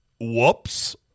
Whoops